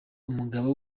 umugabo